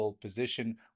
position